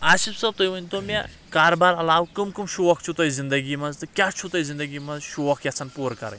آسف صٲب تُہۍ ؤنتو مےٚ کار بار علاوٕ کٕم کٕم شوق چھِو تۄہہِ زندگی منٛز تہٕ کیاہ چھِو تُہۍ زندگی منٛز شوق یژھان پوٗرٕ کرٕنۍ